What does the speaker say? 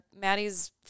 Maddie's